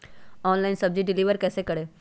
Online सब्जी deliver कैसे करें?